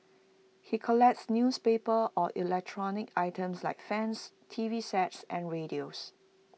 he collects newspapers or electronic items like fans T V sets and radios